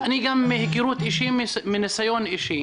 מניסיון אישי